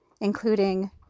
including